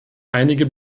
einige